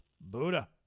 Buddha